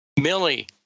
Millie